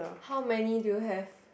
how many do you have